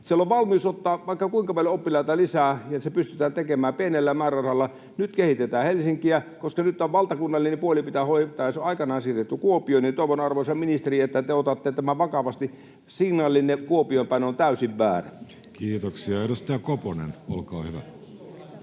Siellä on valmius ottaa vaikka kuinka paljon oppilaita lisää, ja se pystytään tekemään pienellä määrärahalla. Nyt kehitetään Helsinkiä, koska nyt tämä valtakunnallinen puoli pitää hoitaa, ja se on aikoinaan siirretty Kuopioon. Toivon, arvoisa ministeri, että te otatte tämän vakavasti. Signaalinne Kuopioon päin on täysin väärä. Kiitoksia. — Edustaja Koponen, olkaa hyvä.